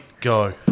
go